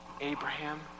Abraham